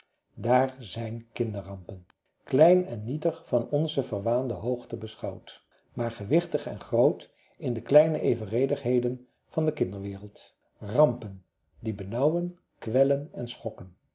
daar zijn kinderrampen klein en nietig van onze verwaande hoogte beschouwd maar gewichtig en groot in de kleine evenredigheden van de kinderwereld rampen die benauwen kwellen en schokken